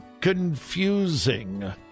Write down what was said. confusing